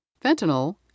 fentanyl